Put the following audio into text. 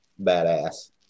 badass